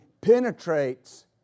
penetrates